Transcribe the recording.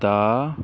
ਦਾ